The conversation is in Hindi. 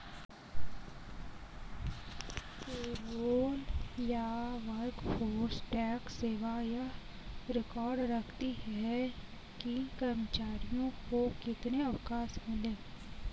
पेरोल या वर्कफोर्स टैक्स सेवा यह रिकॉर्ड रखती है कि कर्मचारियों को कितने अवकाश मिले